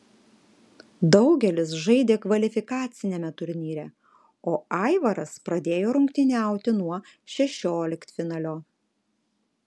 daugelis žaidė kvalifikaciniame turnyre o aivaras pradėjo rungtyniauti nuo šešioliktfinalio